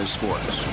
Sports